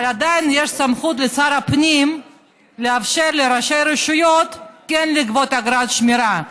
אבל עדיין יש סמכות לשר הפנים לאפשר לראשי רשויות כן לגבות אגרת שמירה.